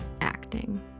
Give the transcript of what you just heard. acting